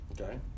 okay